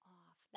off